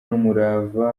n’umurava